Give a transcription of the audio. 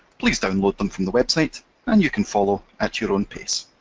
please download them from the website and you can follow at your own pace.